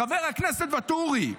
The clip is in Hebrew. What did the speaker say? חבר הכנסת ואטורי,